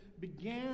began